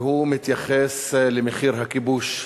והוא מתייחס למחיר הכיבוש,